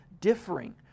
differing